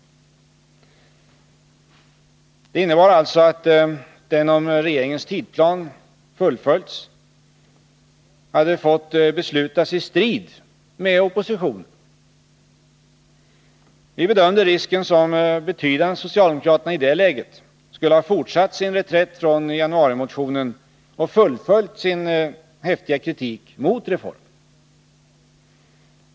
Det innebar alltså att den, om regeringens tidsplan fullföljts, hade fått beslutas i strid mot oppositionen. Vi bedömde risken som betydande att socialdemokraterna i det läget skulle ha fortsatt sin reträtt från januarimotionen och fullföljt sin häftiga kritik mot reformen.